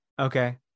okay